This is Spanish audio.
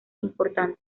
importantes